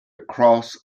cross